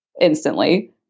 instantly